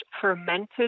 fermented